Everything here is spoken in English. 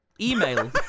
email